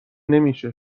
نمیشه